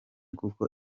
kuko